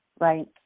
right